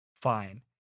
fine